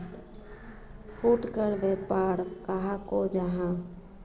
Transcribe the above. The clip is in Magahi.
फुटकर व्यापार कहाक को जाहा?